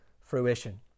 fruition